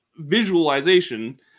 visualization